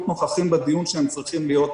נוכחים בדיון שהם צריכים להיות בו.